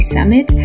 Summit